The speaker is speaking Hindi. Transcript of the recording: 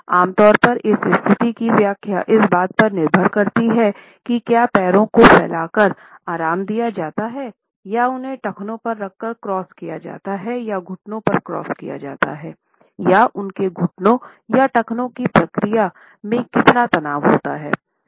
आमतौर पर इस स्थिति की व्याख्या इस बात पर निर्भर करती है कि क्या पैरों को फैला कर आराम दिया जाता है या उन्हें टखनों पर रखकर क्रॉस किया जाता है या घुटनों पर क्रॉस किया जाता है या उनके घुटनों या टखने की प्रक्रिया में कितना तनाव होता है